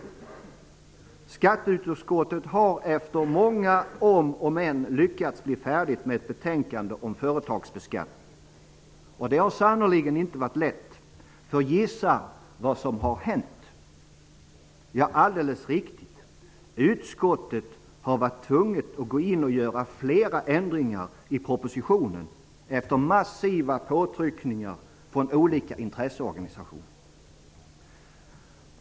Skatteutskottet har efter många om och men lyckats bli färdigt med ett betänkande om företagsbeskattningen. Det har sannerligen inte varit lätt, för gissa vad som har hänt! Ja, alldeles riktigt, utskottet har varit tvunget att gå in och göra flera ändringar i propositionen efter massiva påtryckningar från olika intresseorganisationer.